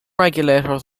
regulators